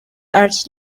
arch